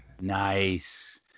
Nice